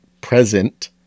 present